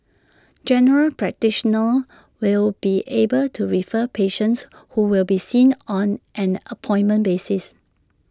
general practitioners will be able to refer patients who will be seen on an appointment basis